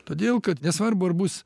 todėl kad nesvarbu ar bus